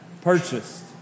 purchased